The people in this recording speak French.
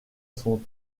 son